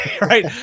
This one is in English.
right